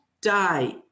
die